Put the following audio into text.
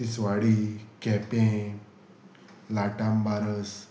तिसवाडी केपें लाटाम बारस